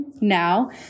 now